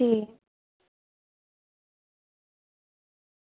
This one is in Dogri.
ठीक ऐ